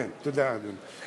תודה, אדוני.